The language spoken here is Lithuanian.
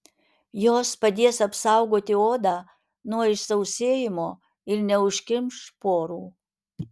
jos padės apsaugoti odą nuo išsausėjimo ir neužkimš porų